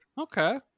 Okay